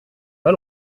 pas